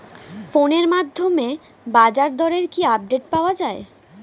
ফোনের মাধ্যমে বাজারদরের কি আপডেট পাওয়া যায়?